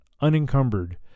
unencumbered